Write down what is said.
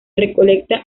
recolecta